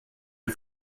les